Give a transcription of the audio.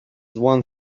once